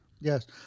Yes